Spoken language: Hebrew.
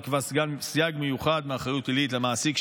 נקבע סייג מיוחד מאחריות פלילית למעסיק,